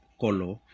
color